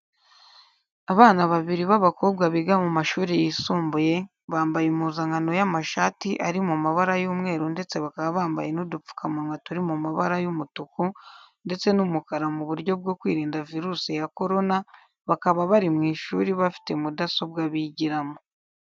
Abana babiri b'abakobwa biga mu mashuri yisumbuye, bambaye impuzankano y'amashati ari mu mabara y'umweru ndetse bakaba bambaye n'udupfukamunwa turi mu mabara y'umutuku ndetse n'umukara mu buryo bwo kwirinda virusi ya korona, bakaba bari mu ishuri bafite mudasobwa bigiramo.